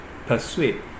persuade